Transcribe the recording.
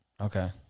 okay